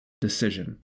decision